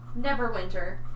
Neverwinter